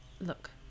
Look